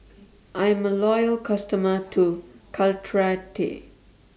I'm A Loyal customer to Caltrate